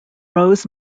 rows